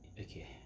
okay